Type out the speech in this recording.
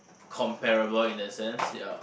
comparable in that sense ya